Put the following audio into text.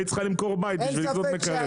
היית צריכה למקור בית בשביל לקנות מקרר,